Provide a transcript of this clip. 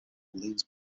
orleans